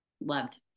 loved